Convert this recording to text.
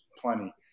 plenty